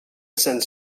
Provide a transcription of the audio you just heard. sends